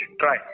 try